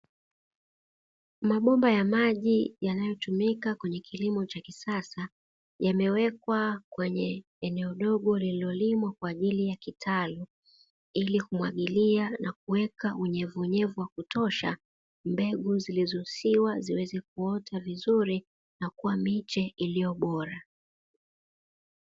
Mabomba ya maji yanayotumika katika kilimo cha kisasa yamewekwa kwenye eneo dogo lililolimwa kwaajili ya kitalu, ili kumwagilia na kuweka unyevunyevu wa kutosha mbegu zilizosiwa ziweze kuota vizuri na kuwa miche iliyo bora.